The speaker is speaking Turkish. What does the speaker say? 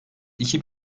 iki